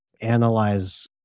analyze